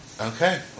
Okay